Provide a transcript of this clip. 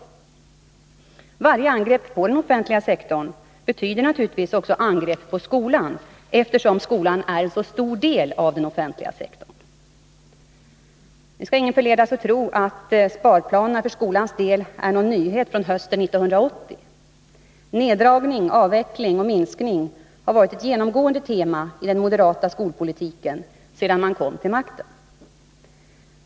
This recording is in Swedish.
Varje angrepp på den offentliga sektorn betyder naturligtvis också ett angrepp på skolan, eftersom skolan är en så stor del av den offentliga sektorn. Ingen skall dock förledas tro att sparplanerna för skolans del är någon nyhet för hösten 1980. Neddragning, avveckling och minskning har varit ett genomgående tema i den moderata skolpolitiken sedan man kom till makten.